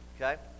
okay